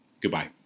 goodbye